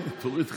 תוריד חלק.